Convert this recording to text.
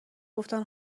گفتن